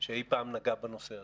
שאי פעם נגע בנושא הזה.